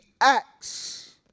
acts